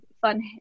fun